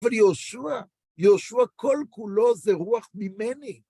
אבל יהושע, יהושע, כל כולו זה רוח ממני.